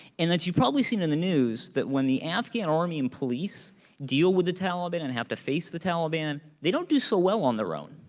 and that you've probably seen in the news that when the afghan army and police deal with the taliban and have to face the taliban, they don't do so well on their own,